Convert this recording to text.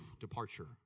departure